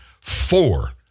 Four